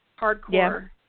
hardcore